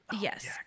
Yes